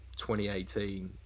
2018